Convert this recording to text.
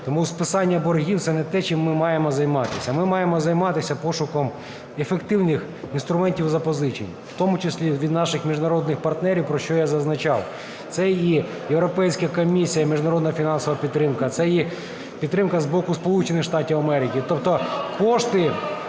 Тому списання боргів – це не те, чим ми маємо займатися. А ми маємо займатися пошуком ефективних інструментів запозичень, в тому числі від наших міжнародних партнерів, про що я зазначав. Це і Європейської комісії міжнародна фінансова підтримка, це і підтримка з боку Сполучених Штатів Америки. Тобто кошти,